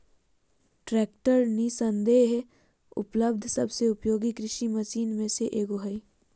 tractor निस्संदेह उपलब्ध सबसे उपयोगी कृषि मशीन में से एगो हइ